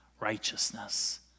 righteousness